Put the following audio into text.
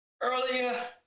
earlier